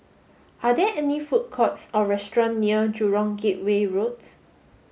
are there food courts or restaurants near Jurong Gateway Road